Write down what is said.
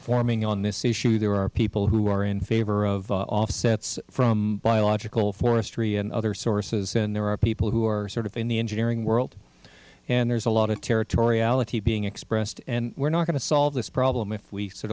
forming on this issue there are people who are in favor of offsets from biological forestry and other sources and there are people who are sort of in the engineering world and there's a lot of territoriality being expressed and we're not going to solve this problem if we sort